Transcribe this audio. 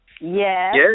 Yes